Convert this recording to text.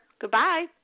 Goodbye